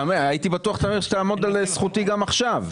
הייתי בטוח, טמיר, שתעמוד על זכותי גם עכשיו.